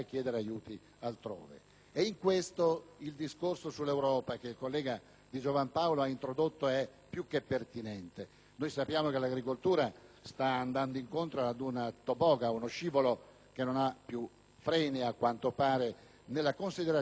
proposito, il discorso sull'Europa, che il collega Di Giovan Paolo ha introdotto, è più che pertinente. Sappiamo che l'agricoltura sta andando incontro a un toboga, a uno scivolo che non ha più freni, a quanto pare, nella considerazione del bilancio comunitario.